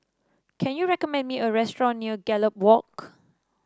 can you recommend me a restaurant near Gallop Walk